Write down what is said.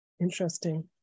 Interesting